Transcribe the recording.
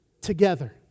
together